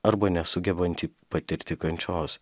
arba nesugebantį patirti kančios